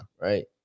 Right